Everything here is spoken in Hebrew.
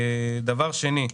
דבר שני,